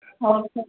और सब